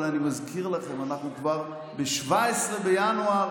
אבל אני מזכיר לכם, אנחנו כבר ב-17 בינואר,